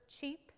cheap